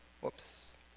Whoops